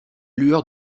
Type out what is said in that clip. lueur